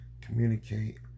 communicate